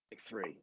Three